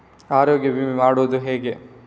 ಆರೋಗ್ಯ ವಿಮೆ ಮಾಡುವುದು ಹೇಗೆ?